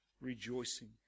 Rejoicing